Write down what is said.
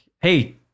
hey